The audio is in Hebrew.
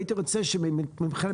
הייתי רוצה לשמוע מכם,